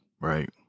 Right